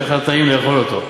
שיהיה לך טעים לאכול אותו.